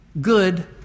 good